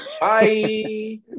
Bye